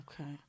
okay